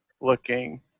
looking